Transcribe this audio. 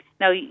Now